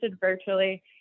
virtually